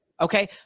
Okay